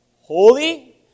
Holy